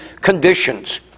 conditions